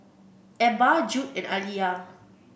Ebba Jude and Aliya